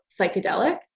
psychedelic